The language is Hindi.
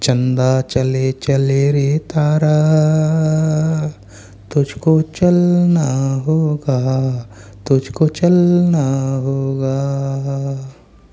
चन्दा चले चले रे तारा तुझको चलना होगा तुझको चलना होगा